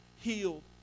healed